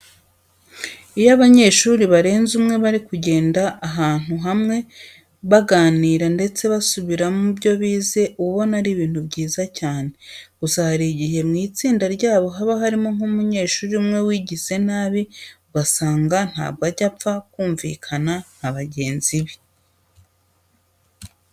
Iyo abanyeshuri barenze umwe bari kugendana ahantu hamwe, baganira ndetse basubira mu byo bize uba ubona ari ibintu byiza cyane, gusa hari igihe mu itsinda ryabo haba harimo nk'umunyeshuri umwe wigize nabi ugasanga ntabwo ajya apfa kumvikana na bagenzi be.